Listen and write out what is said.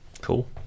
Cool